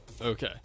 okay